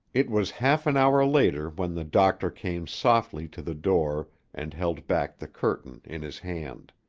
it was half an hour later when the doctor came softly to the door and held back the curtain in his hand.